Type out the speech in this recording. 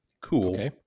cool